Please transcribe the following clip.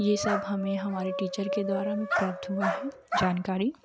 यह सब हमें हमारे टीचर के द्वारा प्राप्त हुआ है जानकारी